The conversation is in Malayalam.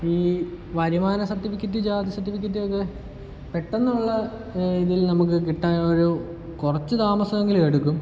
ഈ വരുമാന സർട്ടിഫിക്കറ്റ് ജാതി സർട്ടിഫിക്കറ്റക്കെ പെട്ടെന്നുള്ള ഇതിൽ നമുക്ക് കിട്ടാനൊരു കുറച്ച് താമസമെങ്കിലും എടുക്കും